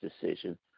decision